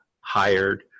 hired